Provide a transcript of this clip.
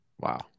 Wow